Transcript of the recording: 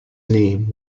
name